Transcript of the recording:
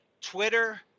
Twitter